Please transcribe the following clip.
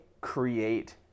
create